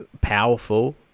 powerful